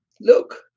Look